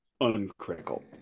uncritical